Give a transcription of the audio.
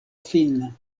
finna